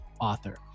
author